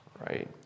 right